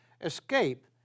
Escape